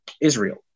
Israel